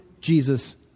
Jesus